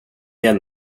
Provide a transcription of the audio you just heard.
igen